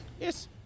yes